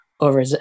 over